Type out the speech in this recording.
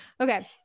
okay